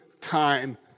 time